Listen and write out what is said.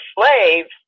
slaves